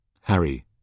Harry